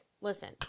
listen